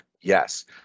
Yes